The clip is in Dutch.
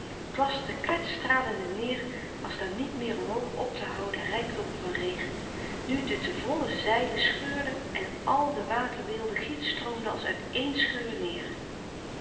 kracht neêr als daar niet meer omhoog op te houden rijkdommen van regen nu de te volle zeilen scheurden en al de waterweelde giet stroomde als uit éen scheur neêr